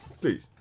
please